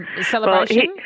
celebration